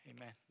Amen